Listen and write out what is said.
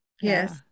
yes